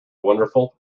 wonderful